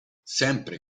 sempre